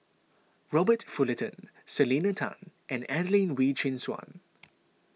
Robert Fullerton Selena Tan and Adelene Wee Chin Suan